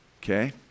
okay